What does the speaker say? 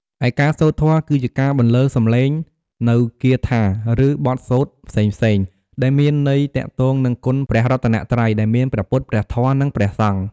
ឯការសូត្រធម៌ គឺជាការបន្លឺសម្លេងនូវគាថា ឬបទសូត្រផ្សេងៗ ដែលមានន័យទាក់ទងនឹងគុណព្រះរតនត្រ័យ ដែលមាន ព្រះពុទ្ធ ព្រះធម៌ និង ព្រះសង្ឃ។